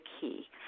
key